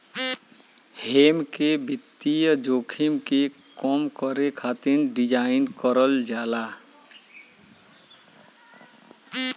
hedge के वित्तीय जोखिम के कम करे खातिर डिज़ाइन करल जाला